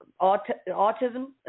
autism